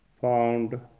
found